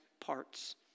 parts